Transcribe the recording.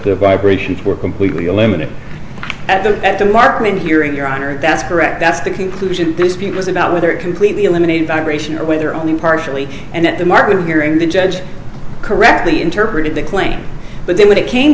the vibrations were completely eliminated at the at the martin hearing your honor that's correct that's the conclusion dispute was about whether it completely eliminated vibration or whether only partially and that the marker hearing the judge correctly interpreted the claim but then when it came